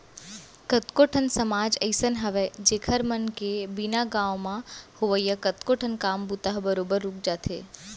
कतको ठन समाज अइसन हावय जेखर मन के बिना गाँव म होवइया कतको ठन काम बूता ह बरोबर रुक जाथे